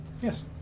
Yes